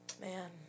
Man